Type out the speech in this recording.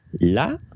La